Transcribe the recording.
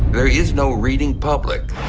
there is no reading public.